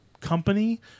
company